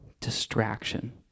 Distraction